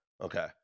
Okay